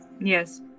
Yes